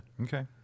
Okay